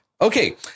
Okay